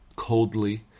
coldly